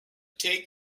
take